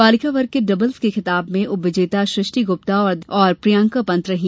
बालिका वर्ग के डबल्स के खिताब में उपविजेता सृष्टि गुप्ता और प्रियंका पंत रहीं